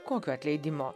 kokio atleidimo